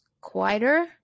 quieter